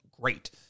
great